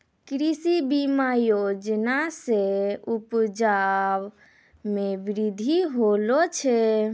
कृषि बीमा योजना से उपजा मे बृद्धि होलो छै